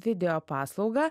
video paslaugą